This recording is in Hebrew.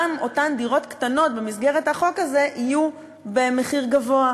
גם אותן דירות קטנות במסגרת החוק הזה יהיו במחיר גבוה.